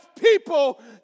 people